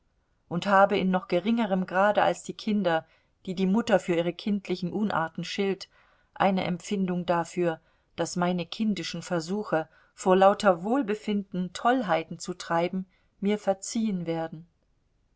und habe in noch geringerem grade als die kinder die die mutter für ihre kindlichen unarten schilt eine empfindung dafür daß meine kindischen versuche vor lauter wohlbefinden tollheiten zu treiben mir verziehen werden